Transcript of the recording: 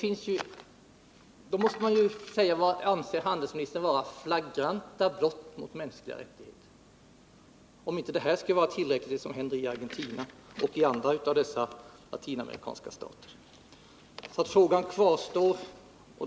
Därför måste jag fråga: Vad anser handelsministern vara flagranta brott mot mänskliga rättigheter, om inte det som händer i Argentina och i andra latinamerikanska stater skulle vara det?